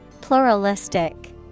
Pluralistic